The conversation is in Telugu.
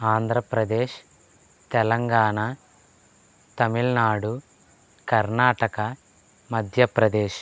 ఆంధ్రప్రదేశ్ తెలంగాణ తమిళనాడు కర్ణాటక మధ్యప్రదేశ్